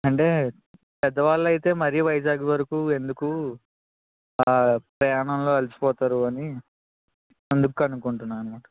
అంటే పెద్దవాళ్ళు అయితే మరి వైజాగ్ వరకు ఎందుకు ప్రయాణంలో అలసిపోతారు అని అందుకు కనుక్కుంటున్నాను అన్నమాట